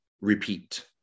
repeat